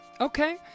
Okay